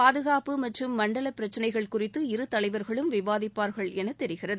பாதுகாப்பு மற்றும் மண்டல பிரச்னைகள் குறித்து இரு தலைவர்களும் விவாதிப்பார்கள் என தெரிகிறது